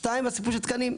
דבר שני זה הסיפור של תקנים.